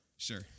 Sure